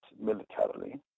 militarily